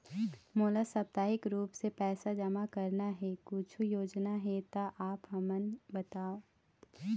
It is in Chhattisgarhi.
मोला साप्ताहिक रूप से पैसा जमा करना हे, कुछू योजना हे त आप हमन बताव?